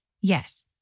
Yes